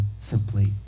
simply